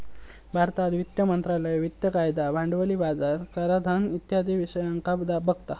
भारतात वित्त मंत्रालय वित्तिय कायदा, भांडवली बाजार, कराधान इत्यादी विषयांका बघता